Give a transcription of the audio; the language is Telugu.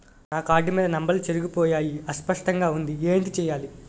నా కార్డ్ మీద నంబర్లు చెరిగిపోయాయి అస్పష్టంగా వుంది ఏంటి చేయాలి?